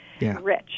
rich